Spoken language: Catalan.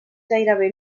gairebé